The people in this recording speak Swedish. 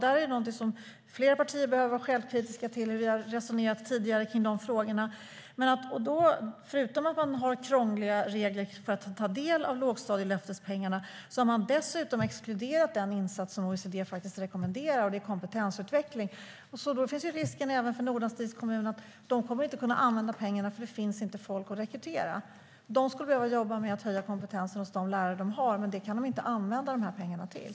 Här behöver fler partier vara självkritiska till hur vi har resonerat tidigare kring de här frågorna. Förutom att det är krångliga regler för att få ta del av lågstadielöftespengarna har man dessutom exkluderat den insats som OECD rekommenderar, och det är kompetensutveckling. Då finns ju risken att Nordanstigs kommun inte kommer att kunna använda pengarna eftersom det inte finns folk att rekrytera. De skulle behöva jobba med att höja kompetensen hos de lärare de har, men det kan de inte använda de här pengarna till.